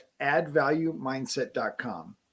addvaluemindset.com